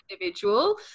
individual